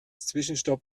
zwischenstopp